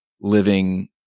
living